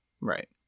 Right